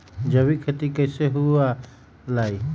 जैविक खेती कैसे हुआ लाई?